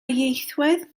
ieithwedd